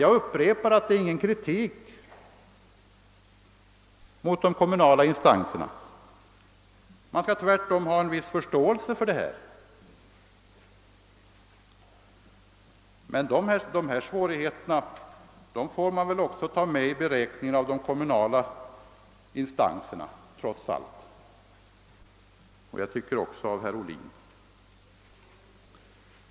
Jag upprepar att jag inte därmed riktar någon kritik mot de kommunala instanserna; man kan tvärtom ha en viss förståelse för detta. Emellertid måste väl trots allt också dessa svårigheter tas med i beräkningen av de kommunala instanserna — och även av herr Ohlin.